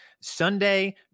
Sunday